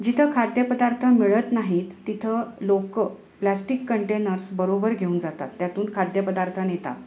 जिथं खाद्यपदार्थ मिळत नाहीत तिथं लोकं प्लास्टिक कंटेनर्स बरोबर घेऊन जातात त्यातून खाद्यपदार्थ नेतात